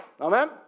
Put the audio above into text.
Amen